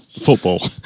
football